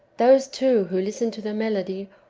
those, too, who listen to the melody,